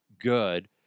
good